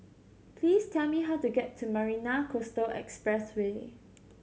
please tell me how to get to Marina Coastal Expressway